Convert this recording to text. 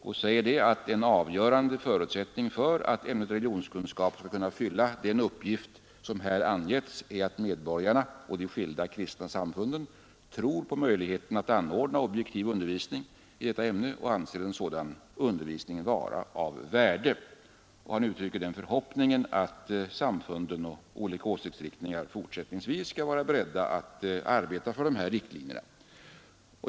Statsrådet sade: ”En avgörande förutsättning för att ämnet religionskunskap ska kunna fylla den uppgift som här angetts är att medborgarna och de skilda kristna samfunden tror på möjligheten att anordna objektiv undervisning i detta ämne och anser en sådan undervisning vara av värde.” Statsrådet uttryckte också förhoppningen att samfunden och olika åsiktsriktningar fortsättningsvis skall vara beredda att arbeta för dessa riktlinjer.